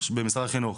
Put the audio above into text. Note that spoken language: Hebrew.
במשרד החינוך.